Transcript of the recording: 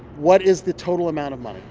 what is the total amount of money?